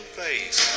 face